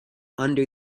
under